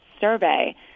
Survey